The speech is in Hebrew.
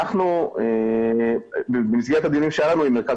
אנחנו במסגרת ה דיונים שלנו עם המרכז